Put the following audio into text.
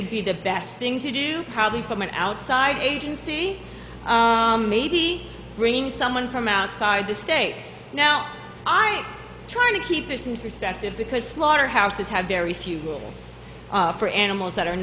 would be the best thing to do probably from an outside agency maybe bringing someone from outside the state now i'm trying to keep this in perspective because slaughterhouses have very few rules for animals that are